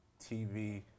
TV